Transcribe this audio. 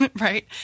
right